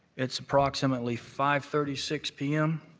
it's approximately five thirty six p m.